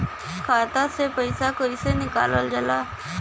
खाता से पैसा कइसे निकालल जाला?